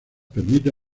permite